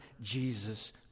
Jesus